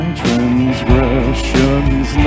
transgressions